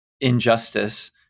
injustice